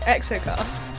Exocast